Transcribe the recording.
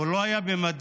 הוא לא היה במדים.